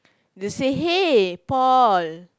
they say hey Paul